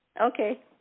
Okay